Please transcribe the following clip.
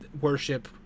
worship